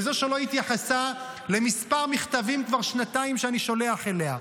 וזאת שלא התייחסה לכמה מכתבים שכבר שנתיים אני שולח אליה,